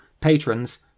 patrons